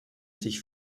sich